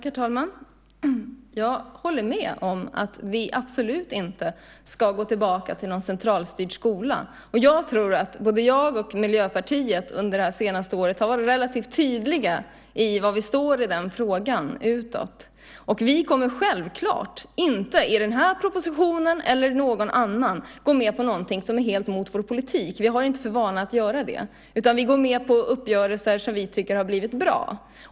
Herr talman! Jag håller med om att vi absolut inte ska gå tillbaka till någon centralstyrd skola. Jag tror att både jag och Miljöpartiet under det här senaste året har varit relativt tydliga i var vi står i den frågan utåt. Vi kommer självklart inte att i den här propositionen eller i någon annan gå med på någonting som är helt mot vår politik. Vi har inte för vana att göra det, utan vi går med på uppgörelser som vi tycker har blivit bra.